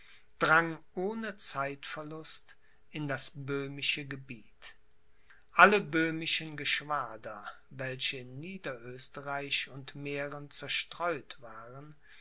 drang ohne zeitverlust in das böhmische gebiet alle böhmischen geschwader welche in niederösterreich und mähren zerstreut waren